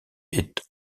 est